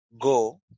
go